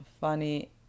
funny